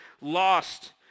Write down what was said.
lost